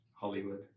Hollywood